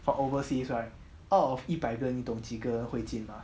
for overseas right out of 一百个人你懂几个人会进吗